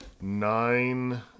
nine